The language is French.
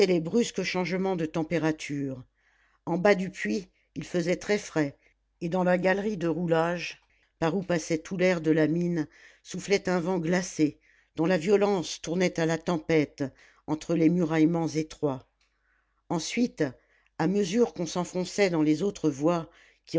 brusques changements de température en bas du puits il faisait très frais et dans la galerie de roulage par où passait tout l'air de la mine soufflait un vent glacé dont la violence tournait à la tempête entre les muraillements étroits ensuite à mesure qu'on s'enfonçait dans les autres voies qui